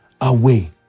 away